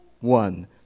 One